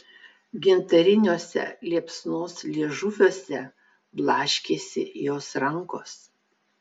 gintariniuose liepsnos liežuviuose blaškėsi jos rankos